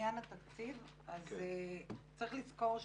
לעניין התקציב אז צריך לזכור שבבחירות,